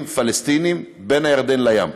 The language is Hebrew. ערבים פלסטינים בין הירדן לים.